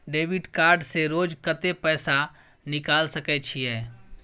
Debit card से रोज कत्ते पैसा निकाल सके छिये?